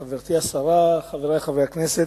חברתי השרה, חברי חברי הכנסת,